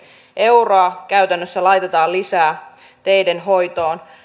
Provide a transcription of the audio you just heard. euroa käytännössä laitetaan lisää teiden hoitoon